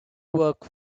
work